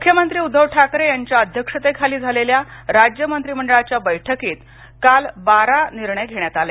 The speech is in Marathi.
मुख्यमंत्री उद्धव ठाकरे यांच्या अध्यक्षेतेखाली झालेल्या राज्य मंत्रिमंडळाच्या बैठकीत काल बारा निर्णय घेण्यात आले